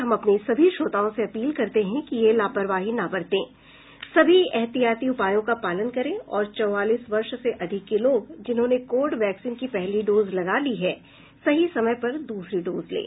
हम अपने सभी श्रोताओं से अपील करते हैं कि वे लापरवाही न बरतें सभी एहतियाती उपायों का पालन करें और चौवालीस वर्ष से अधिक के लोग जिन्होंने कोविड वैक्सीन की पहली डोज लगा ली है सही समय पर दूसरी डोज लें